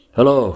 Hello